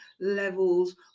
levels